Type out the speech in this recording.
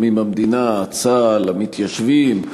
המדינה, צה"ל, המתיישבים,